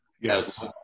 yes